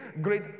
great